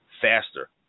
faster